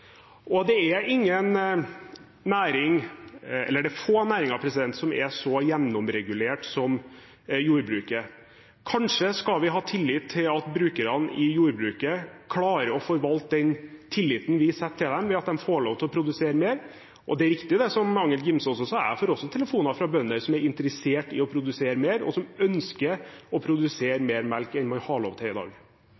Det er få næringer som er så gjennomregulert som jordbruket. Kanskje skal vi ha tillit til at brukerne i jordbruket klarer å forvalte den tilliten vi gir dem, ved at de får lov til å produsere mer? Det er riktig som Angell Gimse sa – jeg får også telefoner fra bønder som er interessert i å produsere mer, og som ønsker å produsere